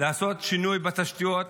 לעשות שינוי בתשתיות,